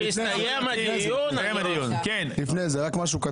כשיסתיים הדיון --- לפני זה, רק משהו קטן.